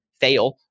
fail